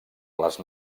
les